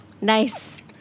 Nice